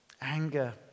anger